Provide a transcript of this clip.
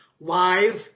live